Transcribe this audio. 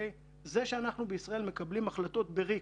זה שאנחנו בישראל מקבלים החלטות בריק,